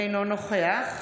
אינו נוכח